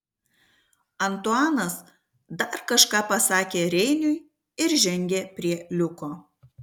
antuanas dar kažką pasakė reiniui ir žengė prie liuko